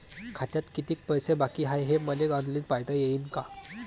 खात्यात कितीक पैसे बाकी हाय हे मले ऑनलाईन पायता येईन का?